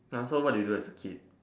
!huh! so what did you do as a kid